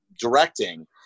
directing